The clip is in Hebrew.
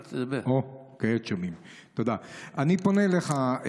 אני פונה אליך,